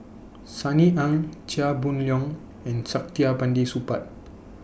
Sunny Ang Chia Boon Leong and Saktiandi Supaat